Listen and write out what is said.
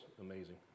amazing